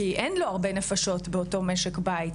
כי אין לו הרבה נפשות באותו משק בית,